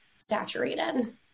saturated